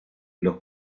los